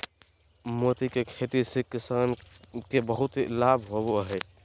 मोती के खेती से किसान के बहुत लाभ होवो हय